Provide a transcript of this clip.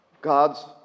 God's